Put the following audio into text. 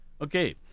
Okay